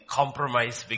compromise